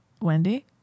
Wendy